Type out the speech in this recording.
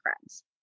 friends